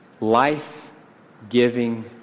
life-giving